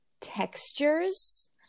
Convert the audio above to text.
textures